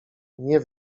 nie